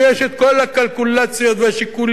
ויש את כל הקלקולציות והשיקולים,